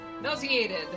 nauseated